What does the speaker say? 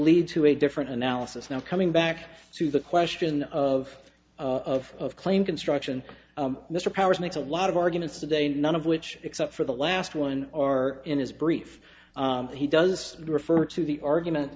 lead to a different analysis now coming back to the question of of claimed construct and mr powers makes a lot of arguments today none of which except for the last one are in his brief he does refer to the argument